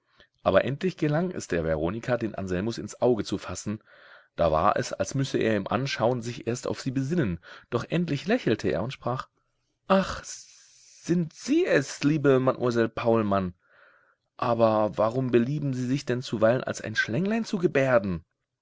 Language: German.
aber endlich gelang es der veronika den anselmus ins auge zu fassen da war es als müsse er im anschauen sich erst auf sie besinnen doch endlich lächelte er und sprach ach sind sie es liebe mademoiselle paulmann aber warum belieben sie sich denn zuweilen als ein schlänglein zu gebärden